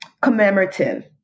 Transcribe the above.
commemorative